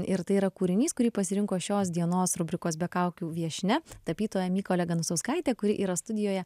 ir tai yra kūrinys kurį pasirinko šios dienos rubrikos be kaukių viešnia tapytoja mykolė ganusauskaitė kuri yra studijoje